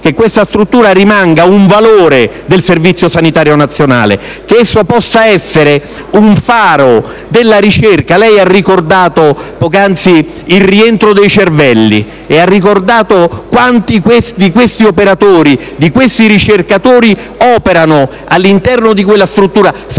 che questa struttura rimanga un valore del Servizio sanitario nazionale, che possa rappresentare un faro della ricerca. Lei ha ricordato poc'anzi il rientro dei cervelli e quanti di questi operatori, di questi ricercatori operano all'interno di quella struttura.